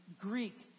Greek